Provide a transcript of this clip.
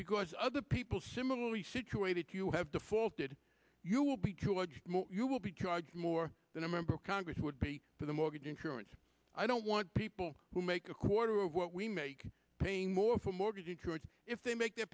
because other people similarly situated you have defaulted you will be you will be charged more than a member of congress would be for the mortgage insurance i don't want people who make a quarter of what we make paying more for mortgage securities if they make their